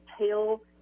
tail